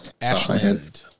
Ashland